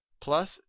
plus